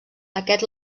aquest